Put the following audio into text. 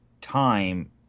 time